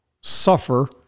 suffer